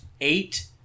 eight